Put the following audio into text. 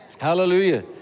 Hallelujah